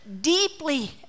deeply